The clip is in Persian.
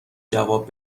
جواب